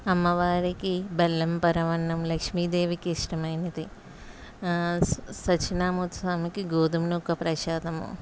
అమ్మవారికి బెల్లం పరమాన్నం లక్ష్మీ దేవికి ఇష్టమైనది సత్యనారాయణ మూర్తి స్వామికి గోధుమ నూక ప్రసాదము